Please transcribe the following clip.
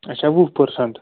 اَچھا وُہ پٔرسنٛٹ